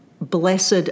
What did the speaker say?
blessed